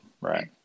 right